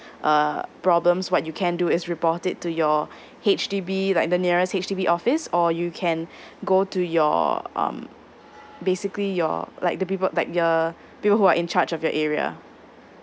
err problems what you can do is report it to your H_D_B like the nearest H_D_B office or you can go to your um basically your like the people like the people who are in charged of the area